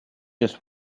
just